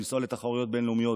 לנסוע לתחרויות בין-לאומיות,